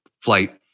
flight